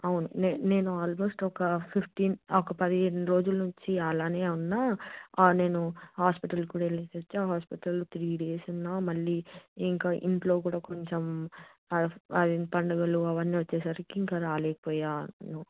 అవును నేను నేను ఆల్మోస్ట్ ఒక ఫిఫ్టీన్ ఒక పదిహేను రోజుల నుంచి అలాగే ఉన్నాను నేను హాస్పిటల్కి కూడావెళ్ళి వచ్చా హాస్పిటల్లో త్రీ డేస్ ఉన్న మళ్ళీ ఇంకా ఇంట్లో కూడా కొంచెం అవి పండుగలు అవ్వన్నీ వచ్చేసరికి ఇంకా రాలేకపోయాను